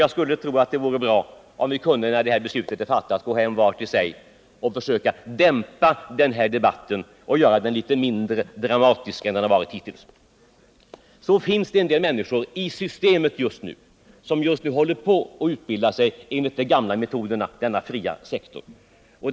Jag skulle tro att det är bra om vi, när det här beslutet är fattat, kan gå hem var och en till sig och försöka dämpa debatten och göra den litet mindre dramatisk än den varit hittills. Det finns en del människor inne i systemet, som just nu håller på att utbilda sig inom den fria sektorn enligt de gamla metoderna.